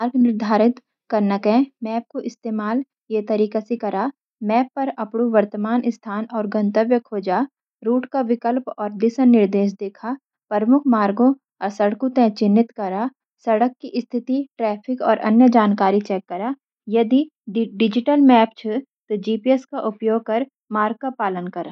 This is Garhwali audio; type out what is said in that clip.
मार्ग निर्धारण कन के मैप कु इस्तेमाल ये तारिका सी करा: मैप पर अपनू वर्तमान स्थान और गंतव्य खोजा। रूट के विकल्प और दिशा-निर्देश देखा। प्रमुख मार्गों और सड़कें ते चिह्नित करा। सड़क की स्थिति, ट्रैफिक और अन्य जानकारी चेक करहा। यदि डिजिटल मैप छ, तो जीपीएस का उपयोग कर मार्ग का पालन करा।